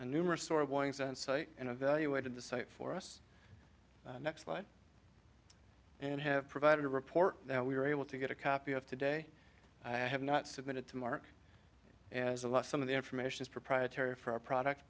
site and evaluated the site for us next slide and have provided a report that we were able to get a copy of today i have not submitted to mark as a lot some of the information is proprietary for our products